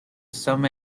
some